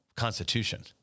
Constitution